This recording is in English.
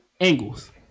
angles